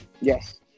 Yes